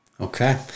Okay